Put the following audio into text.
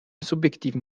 subjektiven